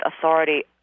authority